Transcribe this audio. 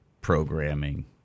programming